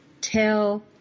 tell